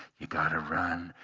you've got to run.